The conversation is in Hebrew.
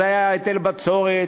זה היה היטל בצורת,